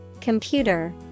computer